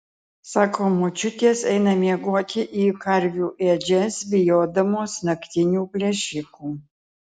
sako močiutės eina miegoti į karvių ėdžias bijodamos naktinių plėšikų